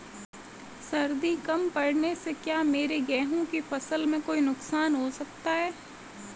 सर्दी कम पड़ने से क्या मेरे गेहूँ की फसल में कोई नुकसान हो सकता है?